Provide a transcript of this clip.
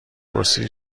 پرسید